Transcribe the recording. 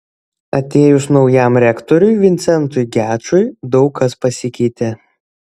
atėjus naujam rektoriui vincentui gečui daug kas pasikeitė